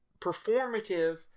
performative